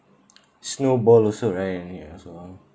snowball also right ya also